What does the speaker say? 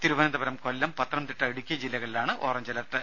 തിരുവനന്തപുരം കൊല്ലം പത്തനംതിട്ട ഇടുക്കി ജില്ലകളിലാണ് orange alert